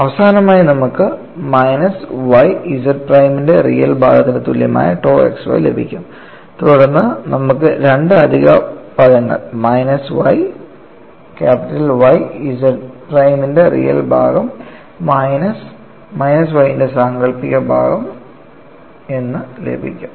അവസാനമായി നമുക്ക് minus y Z പ്രൈമിന്റെ റിയൽ ഭാഗത്തിന് തുല്യമായ tau xy ലഭിക്കും തുടർന്ന് നമുക്ക് രണ്ട് അധിക പദങ്ങൾ മൈനസ് y Y പ്രൈമിന്റെ റിയൽ ഭാഗം മൈനസ് Y ന്റെ സാങ്കൽപിക ഭാഗം എന്ന് ലഭിക്കും